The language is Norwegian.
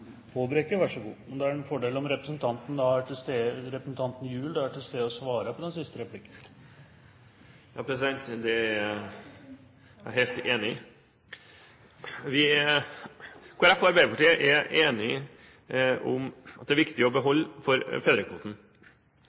har et så vanskelig arbeidsforhold at man ikke har mulighet til å ta ut fedrekvoten i løpet av tre år. Det er en fordel om representanten Gjul er til stede og svarer på den siste replikken. Jeg beklager, president! Det er jeg helt enig i! Kristelig Folkeparti og Arbeiderpartiet er enige om at det er viktig å beholde fedrekvoten.